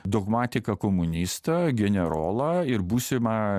dogmatiką komunistą generolą ir būsimą